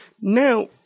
Now